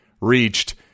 reached